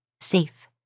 safe